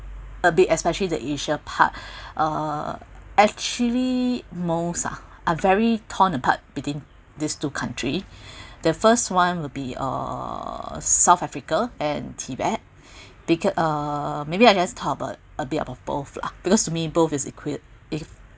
a bit especially the asia part uh actually most ah I'm very torn apart between these two country the first one will be uh south africa and tibet because uh maybe I just talk about a bit of both lah because to me both is equal